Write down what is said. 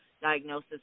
diagnosis